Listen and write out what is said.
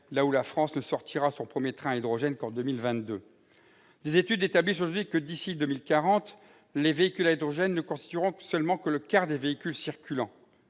que la France ne sortira son premier train à hydrogène qu'en 2022. Les études établissent aujourd'hui que d'ici à 2040, les véhicules à hydrogène constitueront seulement le quart des véhicules circulant.